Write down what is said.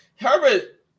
Herbert